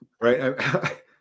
Right